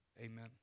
Amen